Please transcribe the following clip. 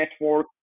network